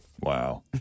Wow